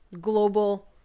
global